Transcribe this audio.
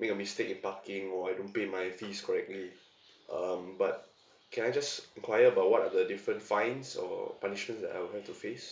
make a mistake in parking or I don't pay my fees correctly um but can I just enquire about what are the different fines or punishments that I will have to face